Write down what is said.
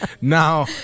Now